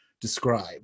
describe